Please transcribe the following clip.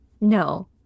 No